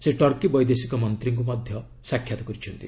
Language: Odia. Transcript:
ସେ ଟର୍କି ବୈଦେଶିକ ମନ୍ତ୍ରୀଙ୍କୁ ମଧ୍ୟ ସାକ୍ଷାତ୍ କରିଛନ୍ତି